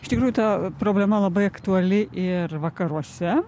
iš tikrųjų ta problema labai aktuali ir vakaruose